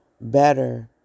better